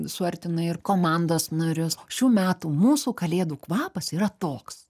suartina ir komandos narius šių metų mūsų kalėdų kvapas yra toks